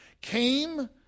came